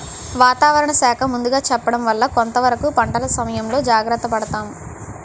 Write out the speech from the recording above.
వాతావరణ శాఖ ముందుగా చెప్పడం వల్ల కొంతవరకు పంటల ఇసయంలో జాగర్త పడతాము